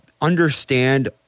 understand